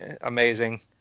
amazing